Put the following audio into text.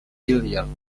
billiards